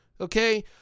okay